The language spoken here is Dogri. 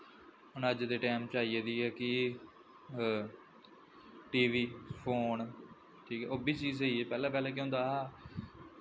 हून अज्ज दे टैम पर आई गेदी ऐ कि टी वी फोन ठीक ऐ ओह् बी चीज़ स्हेई ऐ पैह्लें पैह्लें केह् होंदा हा